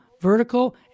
vertical